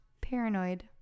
paranoid